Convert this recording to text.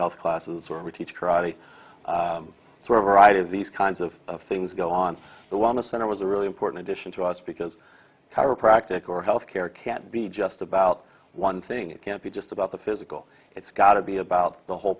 health classes where we teach karate sort of idea of these kinds of things go on the wellness center was a really important addition to us because chiropractic or health care can't be just about one thing it can't be just about the physical it's got to be about the whole